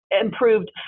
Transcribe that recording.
improved